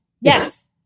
yes